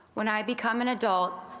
when i become an adult,